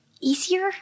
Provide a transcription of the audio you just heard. easier